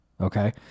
okay